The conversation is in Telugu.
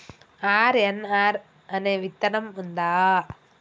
ఆర్.ఎన్.ఆర్ అనే విత్తనం ఉందా?